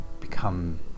become